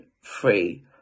Free